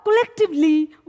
collectively